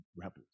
rebels